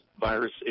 virus